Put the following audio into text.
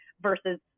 versus